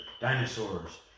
Dinosaurs